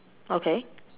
okay